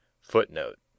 footnote